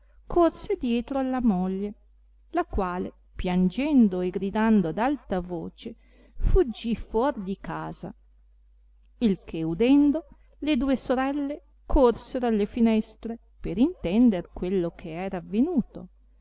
corse dietro alla moglie la quale piangendo e gridando ad alta voce fuggì fuor di casa il che udendo le due sorelle corsero alle finestre per intender quello che era avenuto